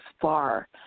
far